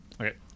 okay